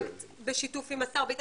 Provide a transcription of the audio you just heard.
בשיתוף עם דוד ביטן,